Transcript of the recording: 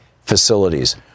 facilities